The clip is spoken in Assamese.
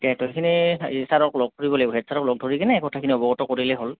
তেতিয়া এইটো সেইখিনি ছাৰক লগ কৰিব লাগিব হেড ছাৰক লগ ধৰি কিনে কথাখিনি অৱগত কৰিলে হ'ল